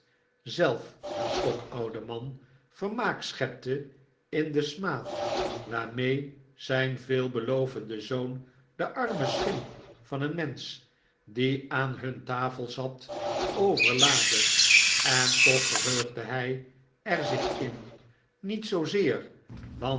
zelf een stokoude man vermaak schepte in den smaad waarmee zijn veelbelovende zoon de arme schim van een mensch die aan hun tafel zat overlaadde en toch verheugde hij er zich in niet zoozeer want